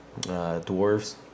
Dwarves